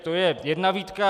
To je jedna výtka.